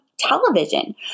television